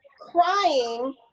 crying